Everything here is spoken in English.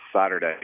Saturday